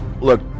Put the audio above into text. look